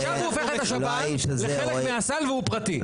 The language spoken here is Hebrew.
עכשיו הוא הופך את השב"ן לחלק מהסל והוא פרטי.